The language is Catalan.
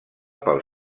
pel